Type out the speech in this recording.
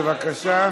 בבקשה.